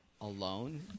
alone